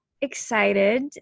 excited